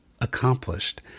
accomplished